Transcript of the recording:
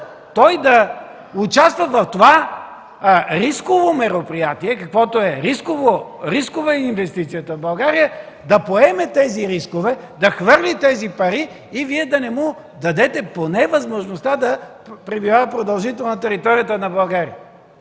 той да участва в това рисково мероприятие, каквото е. Рискова е инвестицията в България. Той поема тези рискове, хвърля тези пари и Вие да не му дадете поне възможността да пребивава продължително на територията на България.